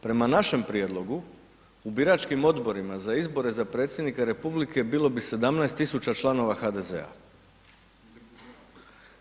Prema našem prijedlogu u biračkim odborima za izbore za predsjednika republike bilo bi 17.000 članova HDZ-a.